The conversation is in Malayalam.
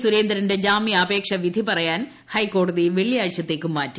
സുരേന്ദ്രന്റെ ജാമ്യാപേക്ഷ വിധിപറയാൻ ഹൈക്കോടതി വെള്ളിയാഴ്ചത്തേക്ക് മാറ്റി